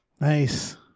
Nice